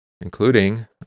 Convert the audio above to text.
including